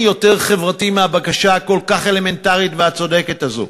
אין יותר חברתי מהבקשה הכל-כך אלמנטרית וצודקת הזאת.